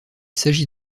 s’agit